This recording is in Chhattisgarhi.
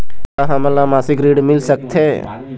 का हमन ला मासिक ऋण मिल सकथे?